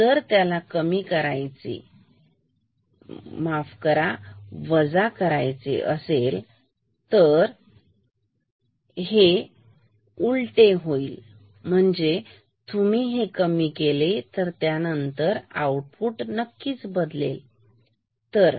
जर कमी त्याला कमी माफ करा वजा करू शकले तर तिथे वजा उलटे जमेल आणि जर तुम्ही त्याला कमी केले तर त्यानंतर आउटपुट नक्कीच बदलेल ठीक आहे